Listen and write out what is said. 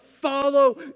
follow